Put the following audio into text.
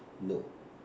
no